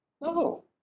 No